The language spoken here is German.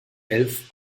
elf